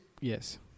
yes